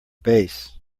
base